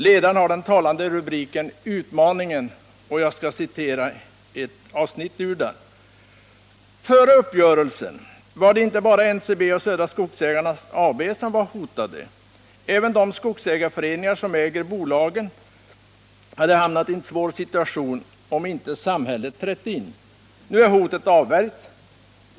Jag skall citera ett avsnitt ur ledaren, som har den talande rubriken Utmaningen: ”Före uppgörelsen var det inte bara NCB och Södra Skogsägarna AB som var hotade. Även de skogsägarföreningar som äger bolagen hade hamnat i en svår situation om inte samhället trätt in. Nu är hotet avvärjt.